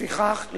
לפיכך,